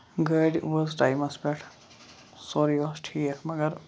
گٲڑۍ وٲژ ٹایمَس پٮ۪ٹھ سورُے اوس ٹھیٖک مَگر